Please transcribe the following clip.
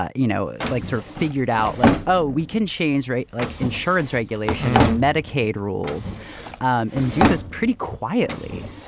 ah you know, like sort of figured out like, oh, we can change, right. like insurance regulations and medicaid rules and do this pretty quietly.